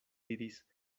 diris